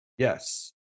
Yes